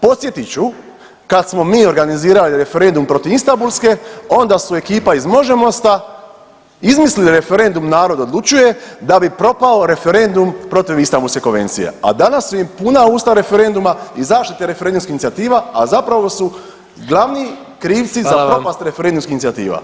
Podsjetit ću, kad smo mi organizirali referendum protiv Istambulske, onda su ekipa iz možemosta izmislili referendum Narod odlučuje da bi propao referendum protiv Istambulske konvencija, a danas su im puna usta referenduma i zaštite referendumskih inicijativa, a zapravo su glavni krivci za propast [[Upadica: Hvala vam.]] referendumskih inicijativa.